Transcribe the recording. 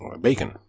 bacon